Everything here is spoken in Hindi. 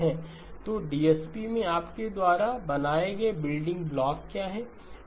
तो डीएसपी में आपके द्वारा बनाए गए बिल्डिंग ब्लॉक क्या हैं